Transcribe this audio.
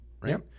Right